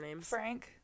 frank